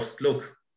look